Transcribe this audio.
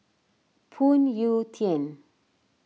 Phoon Yew Tien